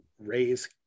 raise